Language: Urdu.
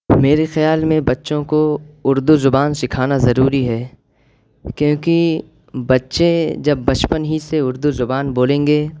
میرے خیال میں بچوں کو اردو زبان سکھانا ضروری ہے کیونکہ بچے جب بچپن ہی سے اردو زبان بولیں گے